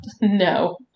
No